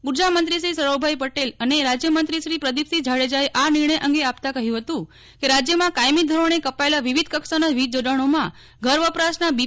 ઊર્જા મંત્રી શ્રી સૌરભભાઇ પટેલ અને રાજ્ય મંત્રી શ્રી પ્રદિપસિંહ જાડેજાએ આ નિર્ણય અંગે આપતાં કહ્યું કેરાજ્યમાં કાયમી ધોરણે કપાયેલાં વિવિધ કક્ષાના વીજજોડાણોમાં ઘર વપરાશના બી